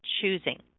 choosing